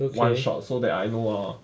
one short so that I know ah